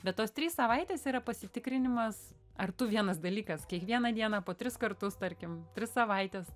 bet tos trys savaitės yra pasitikrinimas ar tu vienas dalykas kiekvieną dieną po tris kartus tarkim tris savaites